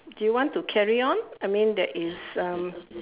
do you want to carry on I mean there is um